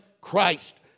Christ